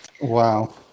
wow